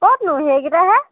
ক'তনো সেই কেইটাহে